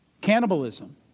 Cannibalism